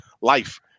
Life